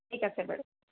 ঠিক আছে বাৰু